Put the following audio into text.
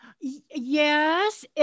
Yes